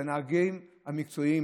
את הנהגים המקצועיים,